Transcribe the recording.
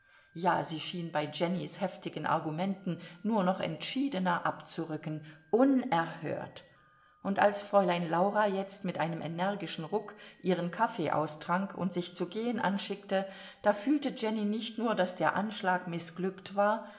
ja sie schien bei jennys heftigen argumenten nur noch entschiedener abzurücken unerhört und als fräulein laura jetzt mit einem energischen ruck ihren kaffee austrank und sich zu gehen anschickte da fühlte jenny nicht nur daß der anschlag mißglückt war